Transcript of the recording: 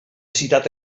citat